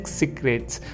secrets